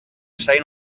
assai